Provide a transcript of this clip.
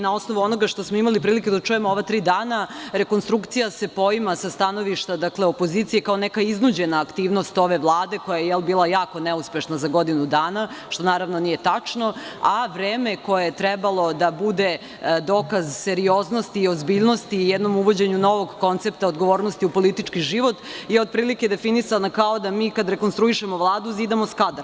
Na osnovu onoga što smo imali prilike da čujemo u ova tri dana, rekonstrukcija se poima sa stanovišta opozicije kao neka iznuđena aktivnost ove vlade, koja je bila jako neuspešna za godinu dana, što naravno nije tačno, a vreme koje je trebalo da bude dokaz serioznosti i ozbiljnosti i jednom uvođenju novog koncepta odgovornosti u politički život je otprilike definisana kao da mi kada rekonstruišemo Vladu zidamo Skadar.